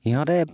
সিহঁতে